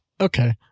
Okay